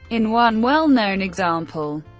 in one well-known example,